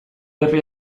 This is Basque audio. herri